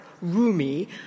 Rumi